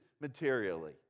materially